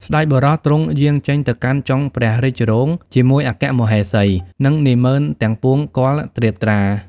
ស្តេចបុរសទ្រង់យាងចេញទៅកាន់ចុងព្រះរាជរោងជាមួយអគ្គមហេសី និងនាហ្មឺនទាំងពួងគាល់ត្រៀបត្រា។